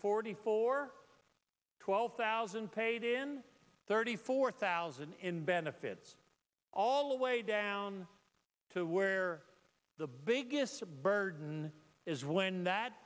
forty four twelve thousand paid in thirty four thousand in benefits all the way down to where the biggest burden is when that